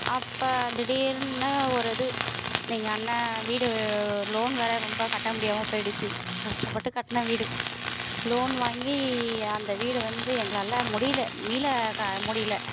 அப்போ திடீர்னு ஒரு இது எங்கள் அண்ணன் வீடு லோன் வேறு ரொம்ப கட்ட முடியாமல் போய்டுச்சு கஷ்டப்பட்டு கட்டின வீடு லோன் வாங்கி அந்த வீடு வந்து எங்களால் முடியல மீள க முடியல